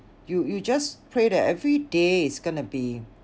you you just pray that every day is gonna be